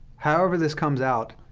however this comes out,